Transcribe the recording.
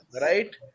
right